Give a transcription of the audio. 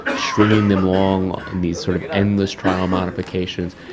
stringing them along on these sort of endless trial modifications,